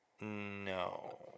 No